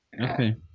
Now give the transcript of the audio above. Okay